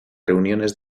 reuniones